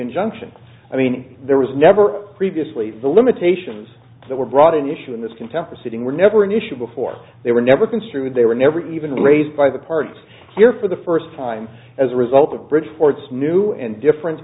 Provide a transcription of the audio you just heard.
injunction i mean there was never previously the limitations that were brought in the issue in this contempt sitting were never an issue before they were never construed they were never even raised by the parts here for the first time as a result of bridgeport's new and different